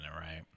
right